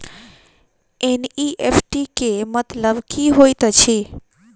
NEFT केँ मतलब की होइत अछि?